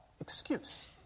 excuse